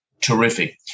terrific